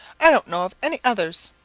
i don't know of any others.